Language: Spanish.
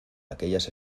aquellas